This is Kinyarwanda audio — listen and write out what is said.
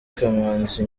kamanzi